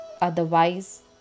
Otherwise